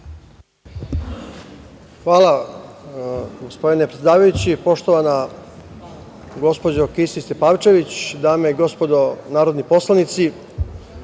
Hvala, gospodine predsedavajući. Poštovana gospođo Kisić Tepavčević, dame i gospodo narodni poslanici,